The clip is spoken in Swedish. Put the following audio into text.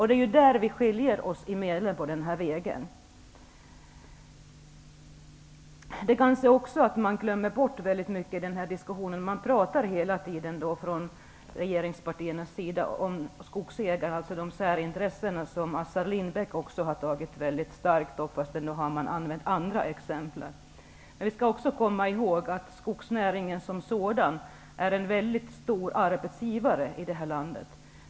Det är där som våra uppfattningar om medlen skiljer sig åt. Man pratar hela tiden från regeringspartiernas sida om skogsägare, alltså om de särintressen som även Assar Lindbeck har betonat -- men då har andra exempel använts. Vi skall också komma ihåg att skogsnäringen som sådan är en väldigt stor arbetsgivare i det här landet.